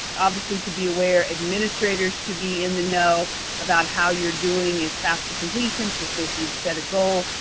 obviously, to be aware, administrators to be in the know about how you're doing in fafsa completion particularly if you've set a goal,